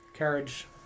Carriage